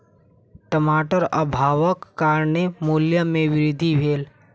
टमाटर अभावक कारणेँ मूल्य में वृद्धि भेल